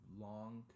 long